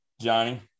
Johnny